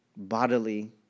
bodily